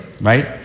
right